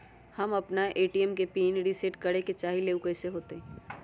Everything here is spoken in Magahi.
हम अपना ए.टी.एम के पिन रिसेट करे के चाहईले उ कईसे होतई?